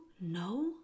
No